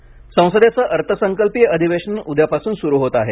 अधिवेशन संसदेचे अर्थसंकल्पीय अधिवेशन उद्यापासून सुरू होत आहे